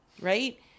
right